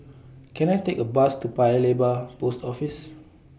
Can I Take A Bus to Paya Lebar Post Office